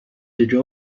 java